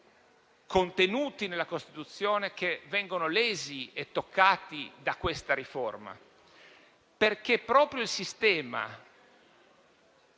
contenuti nella Costituzione ad essere lesi e toccati da questa riforma? Perché è proprio il sistema